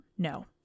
No